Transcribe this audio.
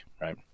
Right